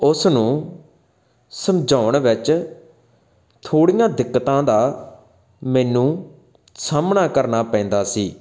ਉਸ ਨੂੰ ਸਮਝਾਉਣ ਵਿੱਚ ਥੋੜੀਆਂ ਦਿੱਕਤਾਂ ਦਾ ਮੈਨੂੰ ਸਾਹਮਣਾ ਕਰਨਾ ਪੈਂਦਾ ਸੀ